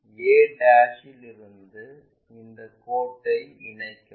a இலிருந்து இந்த கோடுகளை இணைக்கவும்